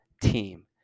team